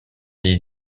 les